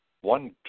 one